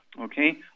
okay